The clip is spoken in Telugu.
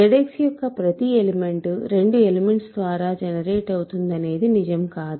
ZX యొక్క ప్రతి ఎలిమెంట్ 2 ఎలిమెంట్స్ ద్వారా జనరేట్ అవుతుందనేది నిజం కాదు